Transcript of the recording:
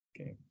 Okay